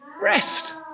Rest